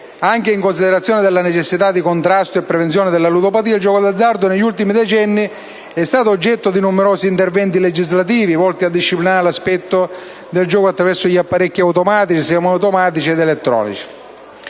anche in considerazione della necessità di contrasto e prevenzione della ludopatia, il gioco d'azzardo negli ultimi decenni è stato oggetto di numerosi interventi legislativi volti a disciplinare l'aspetto del gioco attraverso gli apparecchi automatici, semiautomatici ed elettronici;